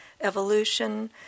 evolution